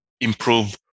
improve